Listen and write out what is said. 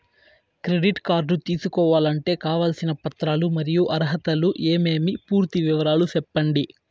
Credit card తీసుకోవాలంటే కావాల్సిన పత్రాలు మరియు అర్హతలు ఏమేమి పూర్తి వివరాలు సెప్పండి?